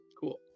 Cool